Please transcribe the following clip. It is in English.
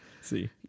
See